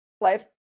life